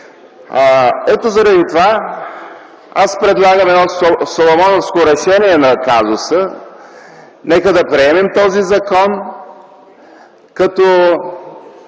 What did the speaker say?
Заради това аз предлагам едно соломоновско решение на казуса – нека да приемем този закон, като